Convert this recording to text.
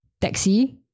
taxi